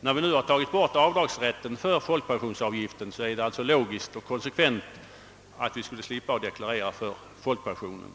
När vi nu tagit bort avdraget för folkpensionsavgiften, är det logiskt och konsekvent att man slipper deklarera för folkpensionen.